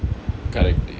correct uh